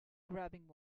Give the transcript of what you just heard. grabbing